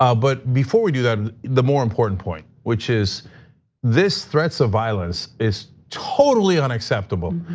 um but before we do that, the more important point which is this, threats of violence is totally unacceptable.